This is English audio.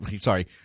sorry